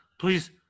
please